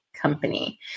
company